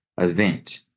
Event